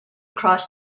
cross